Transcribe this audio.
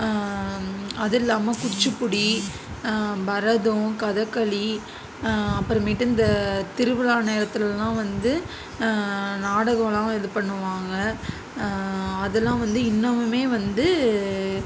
அது இல்லாமல் குச்சிப்புடி பரதம் கதகளி அப்புறமேட்டு இந்த திருவிழா நேரத்துலலாம் வந்து நாடகலா இது பண்ணுவாங்க அதலா வந்து இன்னமுமே வந்து